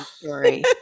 story